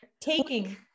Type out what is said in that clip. taking